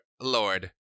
Lord